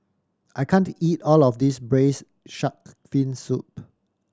I can't eat all of this Braised Shark Fin Soup